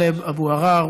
חבר הכנסת טלב אבו עראר.